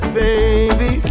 baby